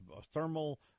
thermal